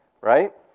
right